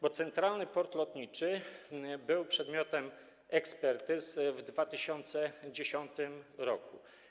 Bo centralny port lotniczy był przedmiotem ekspertyz w 2010 r.